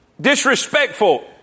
Disrespectful